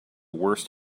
worst